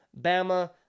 Bama